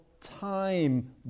time